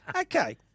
okay